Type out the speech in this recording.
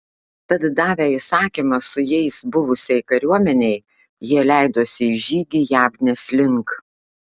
tad davę įsakymą su jais buvusiai kariuomenei jie leidosi į žygį jabnės link